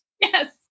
Yes